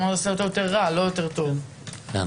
אתה אומר